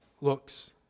looks